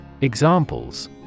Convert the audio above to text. Examples